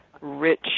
rich